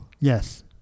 Yes